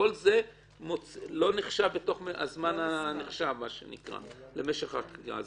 כל זה לא נחשב בתוך הזמן הנחשב למשך החקירה.